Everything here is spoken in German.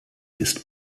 ist